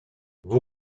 vous